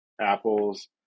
apples